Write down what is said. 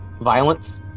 violence